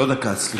לא דקה, סליחה.